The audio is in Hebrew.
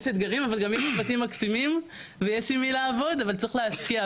יש אתגרים אבל גם היבטים מקסימים ויש עם מי לעבוד אבל צריך להשקיע,